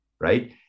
right